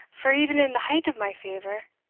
for even in the height of my favour,